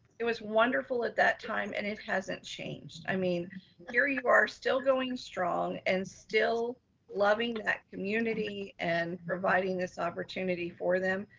it was wonderful at that time and it hasn't changed. i mean you're you're still going strong and still loving that community and providing this opportunity for them.